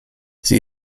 sie